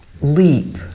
leap